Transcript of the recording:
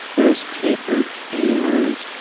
those tapered feelers,